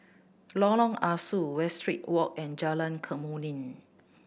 Lorong Ah Soo Westridge Walk and Jalan Kemuning